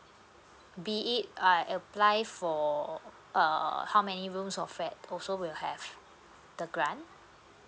be it I apply for err how many rooms of flat also will have the grant